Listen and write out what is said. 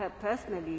personally